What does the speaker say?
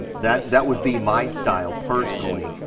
that that would be my style personally.